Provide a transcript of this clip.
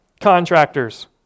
contractors